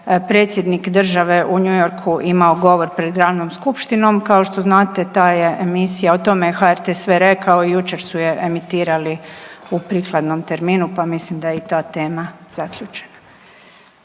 predsjednik države u New Yorku imao govor pred glavnom skupštinom. Kao što znate ta je emisija o tome, HRT je sve rekao i jučer su je emitirali u prikladnom terminu pa mislim da je i ta tema zaključena.